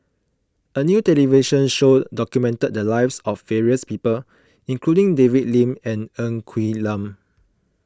a new television show documented the lives of various people including David Lim and Ng Quee Lam